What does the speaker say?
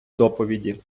доповіді